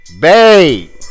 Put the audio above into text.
Babe